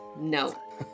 no